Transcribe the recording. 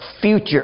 future